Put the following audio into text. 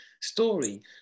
story